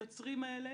היוצרים האלה